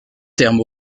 terme